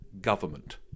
government